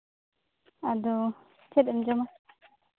ᱟᱫᱚ ᱪᱮᱫ ᱮᱢ ᱡᱚᱢᱟ